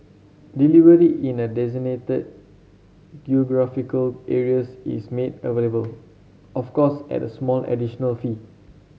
delivery in the designated geographical areas is made available of course at a small additional fee